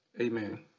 amen